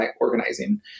organizing